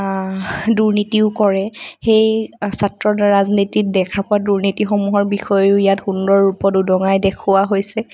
দুৰ্নীতিও কৰে সেই ছাত্ৰৰদ্বাৰা ৰাজনীতিত দেখা পোৱা দুৰ্নীতিসমূহৰ বিষয়েও ইয়াত সুন্দৰ ৰূপত উদঙাই দেখুওৱা হৈছে